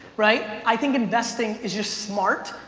right? i think investing is just smart,